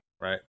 right